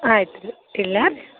ಆಯ್ತು ರೀ ಇಡಲಾ